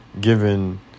given